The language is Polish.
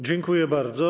Dziękuję bardzo.